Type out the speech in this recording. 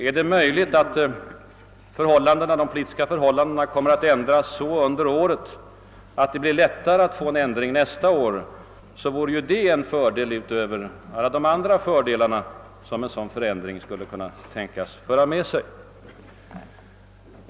Är det möjligt att de politiska förhållandena kommer att ändras så under året att det skall gå att få en reform nästa år, är ju det en fördel utöver alla de andra fördelar som en sådan politisk förändring skulle kunna föra med sig.